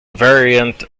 variant